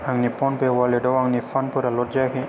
आंनि फ'नपे अवालेटाव आंनि फान्डफोरा ल'ड जायाखै